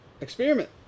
Experiment